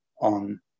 on